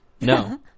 No